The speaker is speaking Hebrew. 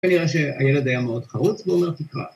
‫כנראה שהילד היה מאוד חרוץ, ‫ואומר, תקרה.